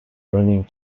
running